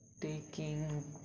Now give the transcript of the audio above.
taking